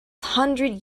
hundred